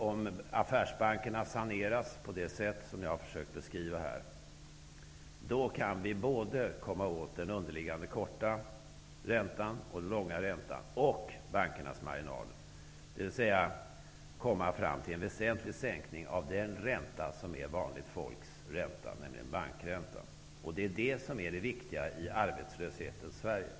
Om affärsbankerna saneras på det sätt som jag har försökt beskriva, kan vi både komma åt den underliggande korta räntan och den långa räntan och få ned bankernas marginaler, dvs. komma fram till en väsentlig sänkning av den ränta som är vanligt folks ränta, nämligen bankräntan. Det är det som är det viktiga i arbetslöshetens Sverige.